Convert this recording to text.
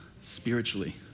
spiritually